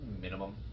minimum